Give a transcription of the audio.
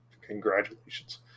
Congratulations